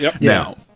Now